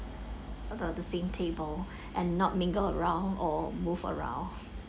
the the same table and not mingle around or move around